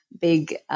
big